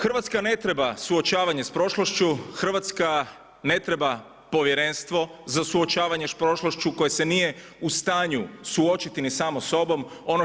Hrvatska ne treba suočavanje sa prošlošću, Hrvatska ne treba povjerenstvo za suočavanje s prošlošću koje se nije u stanju suočiti ni samim sobom.